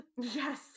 yes